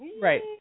Right